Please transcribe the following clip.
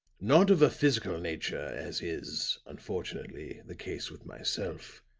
not of a physical nature, as is, unfortunately the case with myself,